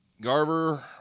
Garber